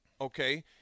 okay